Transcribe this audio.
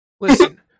Listen